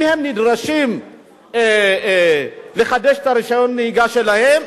אם הם נדרשים לחדש את רשיון הנהיגה שלהם,